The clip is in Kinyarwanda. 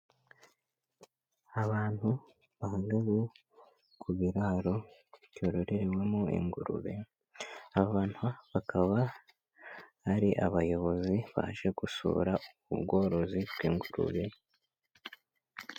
Abantu bahagaze ku biraro byororewemo ingurube, abantu bakaba ari abayobozi baje gusura ubworozi bw'ingurube.